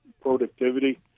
productivity